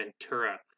ventura